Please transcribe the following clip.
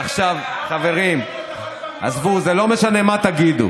דיברתי על האלקטרוניות החד-פעמיות.